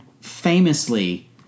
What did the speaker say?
famously